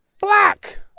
black